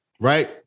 right